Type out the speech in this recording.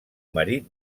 marit